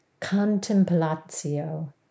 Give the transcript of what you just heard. contemplatio